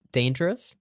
dangerous